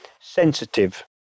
sensitive